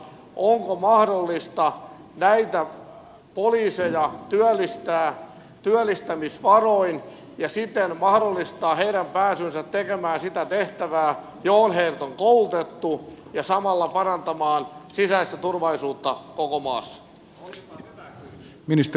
onko mahdollista näitä poliiseja työllistää työllistämisvaroin ja siten mahdollistaa heidän pääsynsä tekemään sitä tehtävää johon heidät on koulutettu ja samalla parantamaan sisäistä turvallisuutta koko maassa